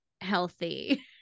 healthy